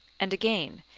and again,